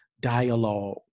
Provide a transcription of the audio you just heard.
dialogue